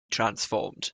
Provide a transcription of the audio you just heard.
transformed